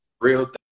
real